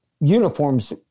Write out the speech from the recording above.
uniforms